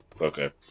Okay